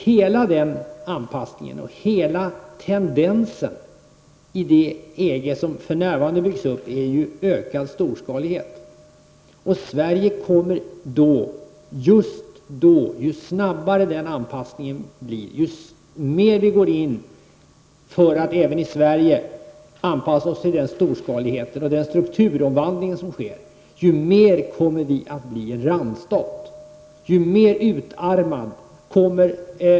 Hela denna anpassning och tendensen i det EG som för närvarande byggs upp innebär ökad storskalighet. Ju snabbare denna anpassning sker, ju mer vi i Sverige går in för att anpassa oss till denna storskalighet och strukturomvandling, desto mer kommer Sverige att bli en randstat.